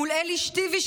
מול אלי שתיוי,